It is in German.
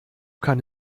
kann